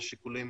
יש שיקולים